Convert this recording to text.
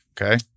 Okay